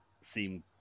seem